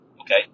Okay